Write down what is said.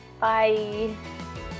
Bye